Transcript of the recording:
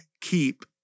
keep